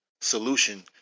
solution